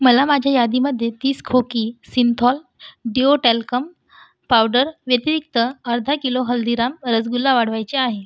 मला माझ्या यादीमध्ये तीस खोकी सिंथॉल डीओ टॅल्कम पावडरव्यतिरिक्त अर्धा किलो हल्दीराम रसगुल्ला वाढवायचे आहे